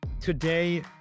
Today